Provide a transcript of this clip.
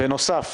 בנוסף,